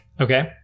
okay